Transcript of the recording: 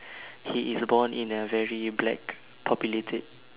he is born in a very black populated